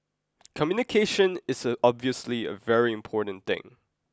communication is obviously a very important thing